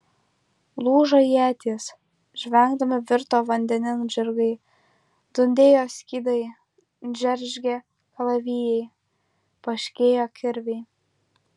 lūžo ietys žvengdami virto vandenin žirgai dundėjo skydai džeržgė kalavijai poškėjo kirviai